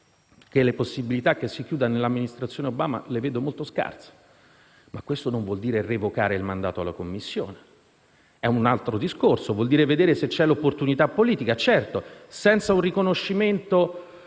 scarse le possibilità che si chiuda nell'Amministrazione Obama, ma ciò non vuol dire revocare il mandato alla Commissione. È un altro discorso: vuol dire vedere se c'è l'opportunità politica. Certo, senza un riconoscimento